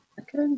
Okay